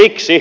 miksi